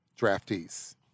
draftees